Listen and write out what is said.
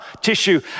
tissue